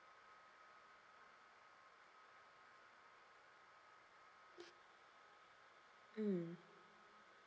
mm